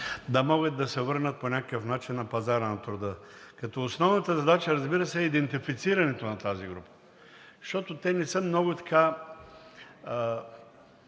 да могат да се върнат по някакъв начин на пазара на труда. Като основната задача, разбира се, е идентифицирането на тази група, защото те не са много